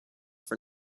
for